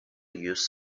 used